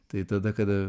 tai tada kada